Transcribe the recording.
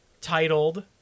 titled